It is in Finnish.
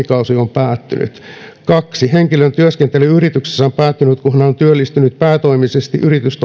kaksi henkilön työskentely yrityksessä on päättynyt ja hän on työllistynyt päätoimisesti yritystoiminnassa enintään kuuden kuukauden ajan